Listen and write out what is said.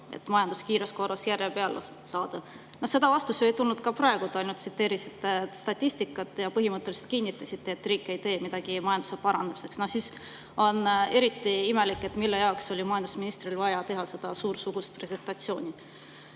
et majandus kiires korras järje peale saada. Seda vastust ei tulnud ka praegu, te ainult tsiteerisite statistikat ja põhimõtteliselt kinnitasite, et riik ei tee midagi majanduse parandamiseks. Sel juhul on eriti imelik, mille jaoks oli majandusministril vaja teha seda suursugust presentatsiooni.